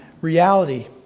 reality